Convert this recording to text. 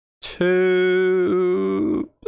two